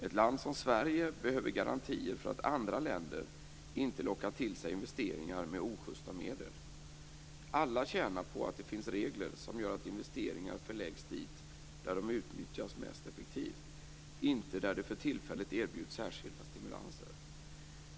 Ett land som Sverige behöver garantier för att andra länder inte lockar till sig investeringar med ojusta medel. Alla tjänar på att det finns regler som gör att investeringar förläggs dit där de utnyttjas mest effektivt, inte där det för tillfället erbjuds särskilda stimulanser.